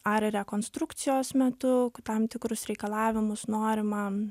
ar rekonstrukcijos metu tam tikrus reikalavimus norima